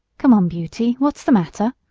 come on, beauty, what's the matter?